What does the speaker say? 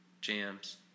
jams